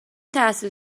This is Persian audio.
تحصیل